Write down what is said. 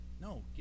No